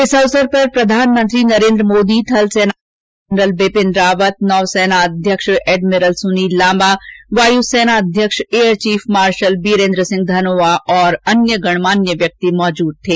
इस अवसर पर प्रधानमंत्री नरेन्द्र मोदी थल सेनाध्यक्ष जनरल बिपिन रावत नौसेना अध्यक्ष एडमिरल सुनील लांबा वायु सेनाध्यक्ष air chief marshal Birender Singh Dhanoa और अन्य गण्यमान्य व्यक्ति मौजूद थे